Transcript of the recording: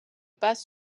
bus